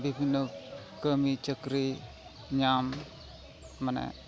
ᱵᱤᱵᱷᱤᱱᱱᱚ ᱠᱟᱹᱢᱤ ᱪᱟᱹᱠᱨᱤ ᱧᱟᱢ ᱢᱟᱱᱮ